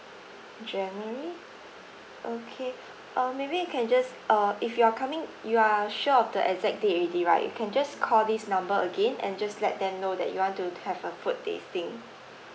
january okay uh maybe you can just uh if you are coming you are sure of the exact date already right you can just call this number again and just let them know that you want to to have a food tasting